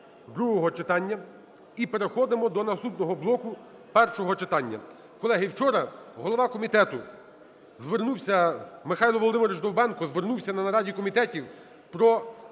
другого читання, і переходимо наступного блоку – першого читання. Колеги, вчора голова комітету звернувся… Михайло Володимирович Довбенко звернувся на нараді комітетів про